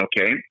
okay